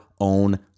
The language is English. own